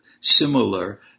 Similar